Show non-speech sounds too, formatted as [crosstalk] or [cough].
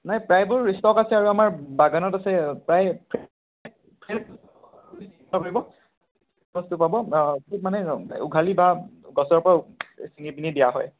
নাই প্ৰায়বোৰ স্টক আছে আৰু আমাৰ বাগানত আছে প্ৰায় [unintelligible] ফ্ৰেচ বস্তু পাব সিমানে মানে উঘালি বা গছৰ পৰা চিঙি চিঙি দিয়া হয়